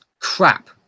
Crap